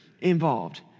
involved